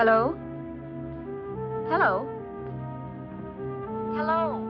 hello hello hello